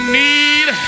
need